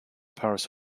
paris